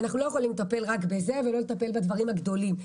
אנחנו לא יכולים לטפל רק בזה ולא לטפל בדברים הגדולים.